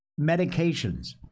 medications